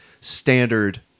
standard